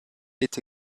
est